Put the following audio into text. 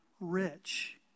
rich